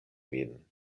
min